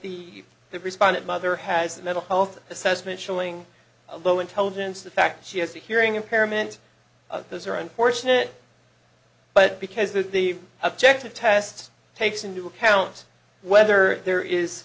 the the respondent mother has a mental health assessment showing a low intelligence the fact she has a hearing impairment those are unfortunate but because that the objective test takes into account whether there is